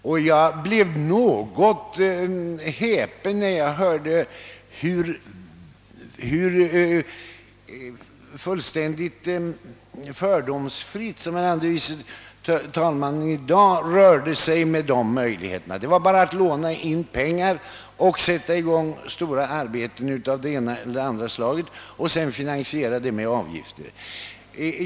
Jag blev något häpen när jag hörde hur fullständigt fördomsfritt herr andre vice talmannen talade om möjligheterna att låna; det var bara att låna upp pengar för att sätta i gång stora arbeten av det ena eller andra slaget och sedan finansiera det hela med avgifter.